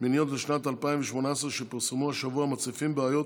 מיניות בשנת 2018 שפורסמו השבוע מציפים בעיות